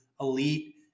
elite